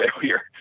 failure